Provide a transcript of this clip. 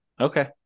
Okay